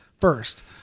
first